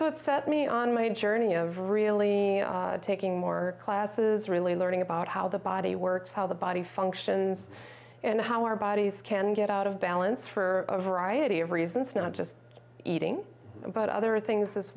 that set me on my insuring of really taking more classes really learning about how the body works how the body functions and how our bodies can get out of balance for a variety of reasons not just eating but other things as